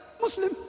Muslim